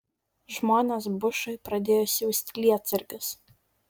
žmonės bushui pradėjo siųsti lietsargius